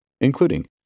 including